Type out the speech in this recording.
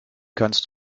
kannst